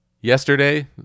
Yesterday